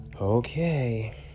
okay